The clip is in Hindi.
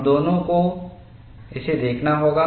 हम दोनों को इसे देखना होगा